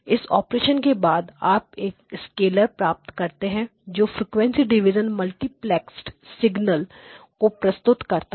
इस ऑपरेशन के बाद आप एक स्केलर प्राप्त करते हैं जो फ्रिकवेंसी डिविजन मल्टीप्लेक्सड सिगनल को प्रस्तुत करता है